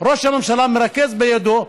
ראש הממשלה מרכז בידו,